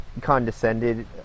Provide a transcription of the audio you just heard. condescended